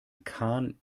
kahn